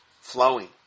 flowing